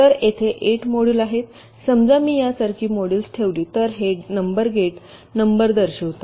तर तेथे 8 मॉड्यूल आहेत समजा मी यासारखी मॉड्युल्स ठेवली तर हे नंबर गेट नंबर दर्शवितात